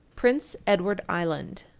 prince edward island.